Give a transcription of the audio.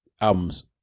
Albums